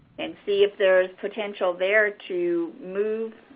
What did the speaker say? and see if there's potential there to move